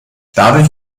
dadurch